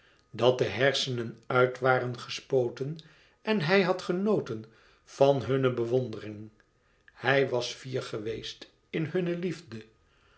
dat de hersenen uit waren gespoten en hij had genoten van hunne bewondering hij was fier geweest in hunne liefde